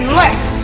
less